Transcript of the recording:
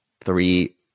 three